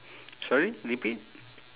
sorry repeat